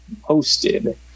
posted